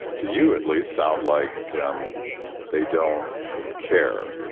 to you at least, sound like um they don't care.